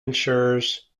ensures